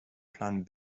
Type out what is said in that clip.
plan